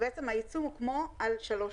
בעצם העיצום הוא כמו על 3(ב),